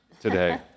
today